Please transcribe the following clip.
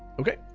okay